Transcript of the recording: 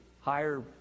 higher